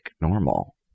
normal